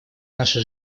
наша